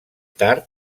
tard